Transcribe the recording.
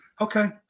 Okay